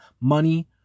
money